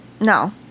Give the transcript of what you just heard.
No